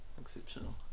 exceptional